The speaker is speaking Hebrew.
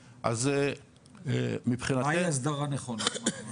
מהי הסדרה נכונה?